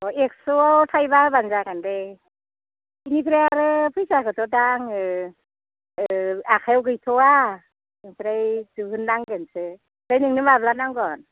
एक्स'आव थाइबा होबानो जागोन दे बेनिफ्राय आरो फैसाखौथ' दा आङो आखायाव गैथ'वा ओमफ्राय सोहरनांगोनसो ओमफ्राय नोंनो माब्ला नांगोन